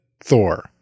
Thor